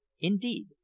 Indeed